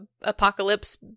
apocalypse